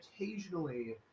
occasionally